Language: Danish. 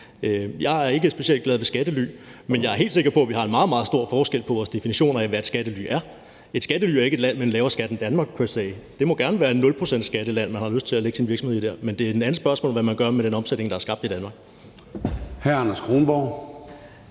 Jeg er ikke specielt glad ved skattely, men jeg er helt sikker på, vi har en meget, meget stor forskel på vores definition af, hvad et skattely er. Et skattely er ikke et land med en lavere skat end Danmark per se; det må gerne være et 0-procentsskatteland, man har lyst til at lægge sin virksomhed i. Men det er et andet spørgsmål, når det handler om, hvad man gør med den omsætning, der er skabt i Danmark. Kl. 13:59 Formanden